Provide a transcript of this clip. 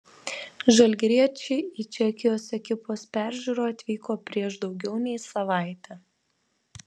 žalgiriečiai į čekijos ekipos peržiūrą atvyko prieš daugiau nei savaitę